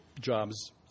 Jobs